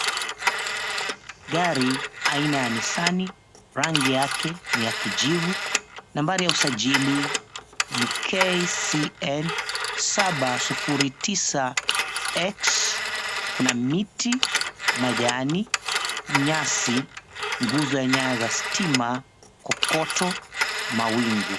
Gari aina ya Nissan, rangi yake ni ya kijivu, nambari ya usajili ni KCN709X. Kuna miti, majani, nyasi, nguzo ya nyaya stima, kokoto, mawingu.